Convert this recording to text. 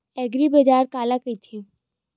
एग्रीबाजार काला कइथे?